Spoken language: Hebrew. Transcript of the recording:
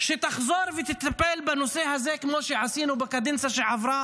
שתחזור ותטפל בנושא הזה, כמו שעשינו בקדנציה שעברה